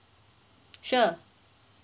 sure